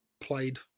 played